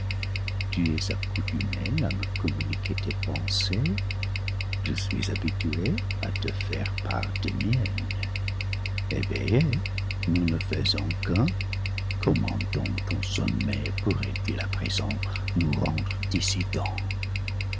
tu es accoutumé à me communiquer tes pensées je suis habitué à te faire part des miennes éveillés nous ne faisons qu'un comment donc ton sommeil pourrait-il à présent nous rendre